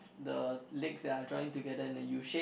the legs that are joined together in the U shape